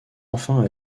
enfin